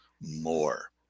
more